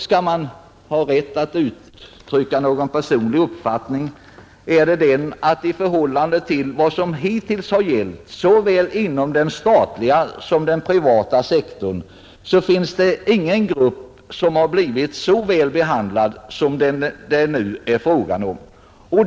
Skall jag ha rätt att uttrycka någon personlig uppfattning, vill jag säga att i förhållande till vad som hittills har gällt såväl inom den statliga som inom den privata sektorn så finns det ingen grupp som har blivit så väl behandlad som den det nu är fråga om.